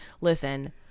listen